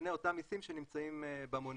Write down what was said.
לפני אותם מיסים שנמצאים במונה.